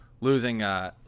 losing